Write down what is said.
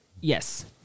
Yes